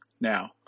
Now